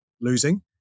losing